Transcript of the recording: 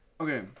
Okay